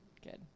good